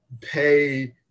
pay